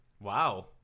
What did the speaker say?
Wow